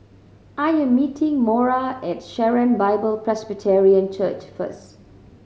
I am meeting Maura at Sharon Bible Presbyterian Church first